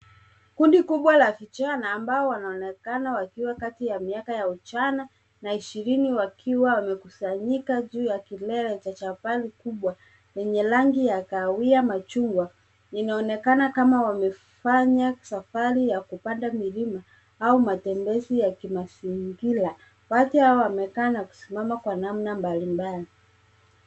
Kundi kubwa la vijana ambao wanaonekana wakiwa kati ya miaka ya ujana na ishirini, wakiwa wamekusanyika juu ya kilele cha jabali kubwa lenye rangi ya kahawia machungwa. Inaonekana kama wamefanya safari ya kupanda milima au matembezi ya kimazingira. Watu hawa wamekaa na kusimama kwa namna mbalimbali.